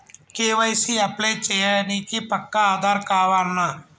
KYC apply చేయనీకి పక్కా ఆధార్ కావాల్నా?